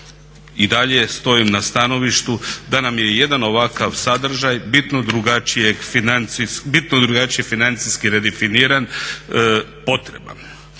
i dalje stojim na stanovištu da nam je jedan ovakav sadržaj bitno drugačije financijski redefiniran potreban.